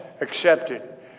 accepted